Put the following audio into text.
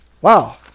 wow